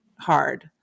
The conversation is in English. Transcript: hard